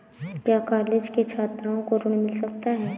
क्या कॉलेज के छात्रो को ऋण मिल सकता है?